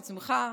חוץ ממך,